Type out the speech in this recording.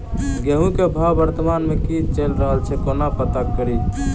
गेंहूँ केँ भाव वर्तमान मे की चैल रहल छै कोना पत्ता कड़ी?